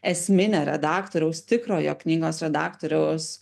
esminę redaktoriaus tikrojo knygos redaktoriaus